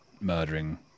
murdering